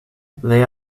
they